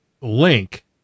link